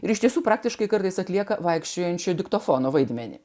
ir iš tiesų praktiškai kartais atlieka vaikščiojančių diktofonų vaidmenį